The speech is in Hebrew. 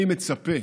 אני מצפה